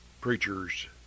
Preachers